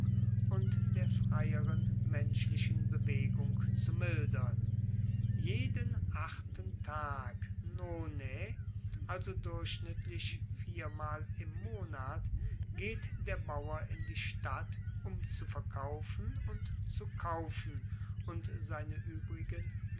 und der freieren menschlichen bewegung zu mildern jeden achten tag nonae also durchschnittlich viermal im monat geht der bauer in die stadt um zu verkaufen und zu kaufen und seine uebrigen